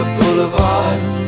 Boulevard